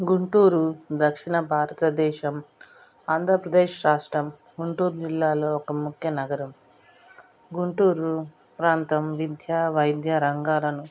గుంటూరు దక్షిణ భారతదేశం ఆంధ్రప్రదేశ్ రాష్ట్రం గుంటూరు జిల్లాలో ఒక ముఖ్య నగరం గుంటూరు ప్రాంతం విద్య వైద్య రంగాలను